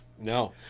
No